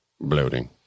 Bloating